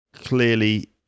clearly